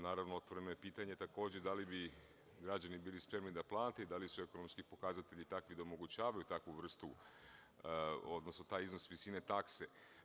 Naravno, otvoreno je pitanje takođe da li bi građani bili spremni da plate, da li su ekonomski pokazatelji takvi da omogućavaju taj iznos visine takse.